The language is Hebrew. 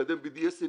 לקדם BDS,